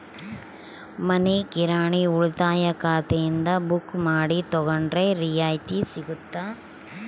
ಮನಿ ಕಿರಾಣಿ ಉಳಿತಾಯ ಖಾತೆಯಿಂದ ಬುಕ್ಕು ಮಾಡಿ ತಗೊಂಡರೆ ರಿಯಾಯಿತಿ ಸಿಗುತ್ತಾ?